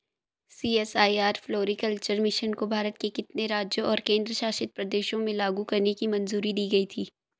CSIR floriculture mission को भारत के कितने राज्यों और केंद्र शासित प्रदेशों में लागू करने की मंजूरी दी गई थी?